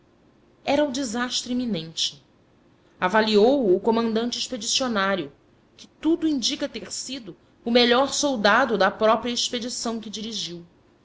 era o desastre iminente avaliou o o comandante expedicionário que tudo indica ter sido o melhor soldado da própria expedição que dirigiu